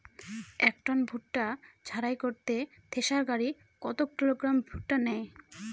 এক টন ভুট্টা ঝাড়াই করতে থেসার গাড়ী কত কিলোগ্রাম ভুট্টা নেয়?